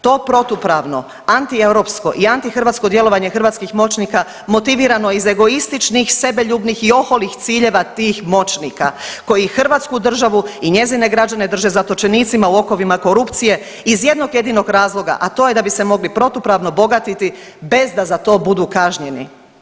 To protupravno, antieuropsko i antihrvatskog djelovanje hrvatskih moćnika motivirano je iz egoističnih, sebeljubnih i oholih ciljeva tih moćnika koji Hrvatsku državu i njezine građane drže zatočenicima u okovima korupcije iz jednog jedinog razloga, a to je da bi se mogli protupravno bogatiti bez da za to budu kažnjeni.